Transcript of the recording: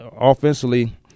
offensively